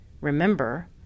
Remember